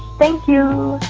thank you